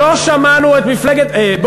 לא שמענו את, שקר מוחלט.